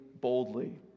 boldly